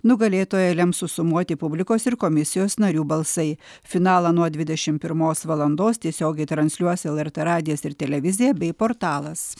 nugalėtoją lems susumuoti publikos ir komisijos narių balsai finalą nuo dvidešimt pirmos valandos tiesiogiai transliuos el er t radijas ir televizija bei portalas